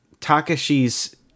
Takashi's